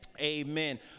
amen